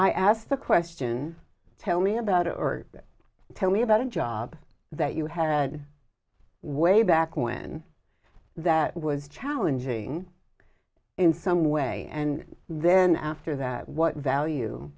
i asked a question tell me about or tell me about a job that you had way back when that was challenging in some way and then after that what value